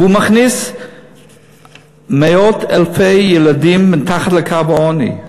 והוא מכניס מאות אלפי ילדים מתחת לקו העוני.